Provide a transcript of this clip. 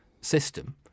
system